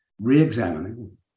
re-examining